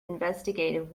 investigative